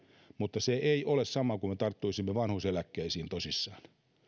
mutta se ei ole sama kuin me tarttuisimme vanhuuseläkkeisiin tosissaan